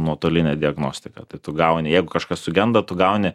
nuotolinę diagnostiką tai tu gauni jeigu kažkas sugenda tu gauni